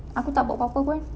aku tak bau apa apa pun